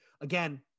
again